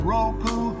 Roku